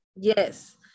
Yes